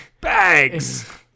Bags